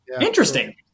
Interesting